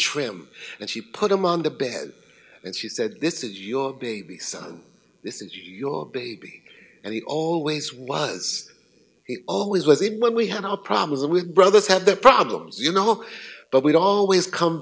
trim and she put them on the bed and she said this is your baby so this is your baby and he always was always was even when we had our problems with brothers have their problems you know but we always come